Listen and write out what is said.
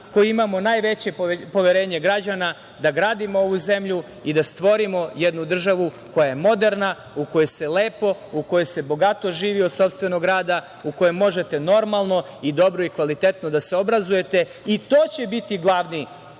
koji imamo najveće poverenje građana da gradimo ovu zemlju i da stvorimo jednu državu koja je moderna, u kojoj se lepo, u kojoj se bogato živi od sopstvenog reda, u kojoj možete normalno i dobro i kvalitetno da se obrazujete. To će biti glavni